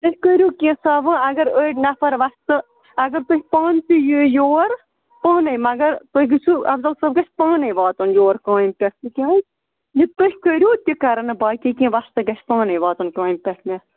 تُہۍ کٔرِو کیٚنٛژھا وۅنۍ اَگر أڑۍ نَفَر وۄستہٕ اَگر تُہۍ پانہٕ تہِ یِیِو یور پانَے مگر تُہۍ گٔژھِو اَفضَل صٲب گژھِ پانَے واتُن یور کامہِ پٮ۪ٹھ تِکیٛاز یِتھٕ پٲٹھۍ کٔرِو تہِ کَرَن نہٕ باقٕے کیٚنٛہہ وۄستہٕ گَژھِ پانَے واتُن کامہِ پٮ۪ٹھ مےٚ